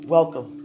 Welcome